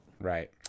right